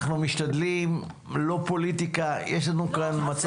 התייחסנו גם לפיקוח ובקרה לא מצאנו שמשרד